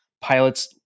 pilots